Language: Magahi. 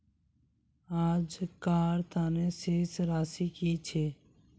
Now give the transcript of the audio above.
आजकार तने शेष राशि कि छे?